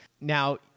Now